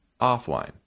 offline